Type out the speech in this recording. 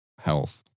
health